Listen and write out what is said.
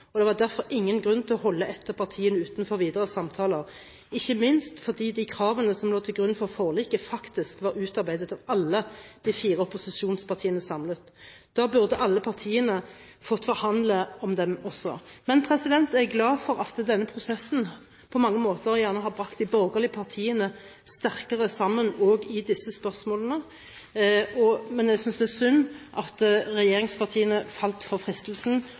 blokk. Det var derfor ingen grunn til å holde ett av partiene utenfor videre samtaler, ikke minst fordi de kravene som lå til grunn for forliket, faktisk var utarbeidet av alle de fire opposisjonspartiene samlet. Da burde alle partiene fått forhandle om dem også. Jeg er glad for at denne prosessen på mange måter har brakt de borgerlige partiene sterkere sammen også i disse spørsmålene, men jeg synes det er synd at regjeringspartiene falt for fristelsen